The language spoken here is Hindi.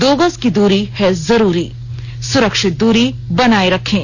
दो गज की दूरी है जरूरी सुरक्षित दूरी बनाए रखें